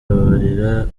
ababarira